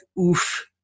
oof